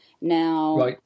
Now